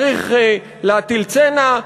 צריך להטיל צנע,